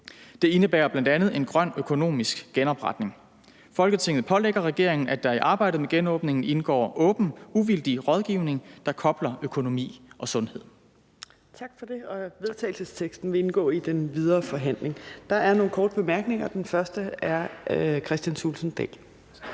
Det indebærer bl.a. en grøn økonomisk genopretning. Folketinget pålægger regeringen, at der i arbejdet med genåbningen indgår åben, uvildig rådgivning, der kobler økonomi og sundhed.«